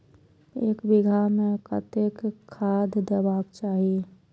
एक बिघा में कतेक खाघ देबाक चाही?